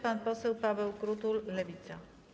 Pan poseł Paweł Krutul, Lewica.